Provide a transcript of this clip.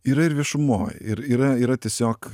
yra ir viešumoj ir yra yra tiesiog